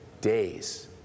Days